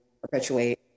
perpetuate